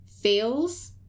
fails